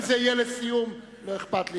אם זה יהיה לסיום, לא אכפת לי.